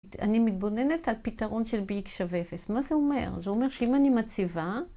אני מתבוננת על פתרון של bx שווה 0, מה זה אומר? זה אומר שאם אני מציבה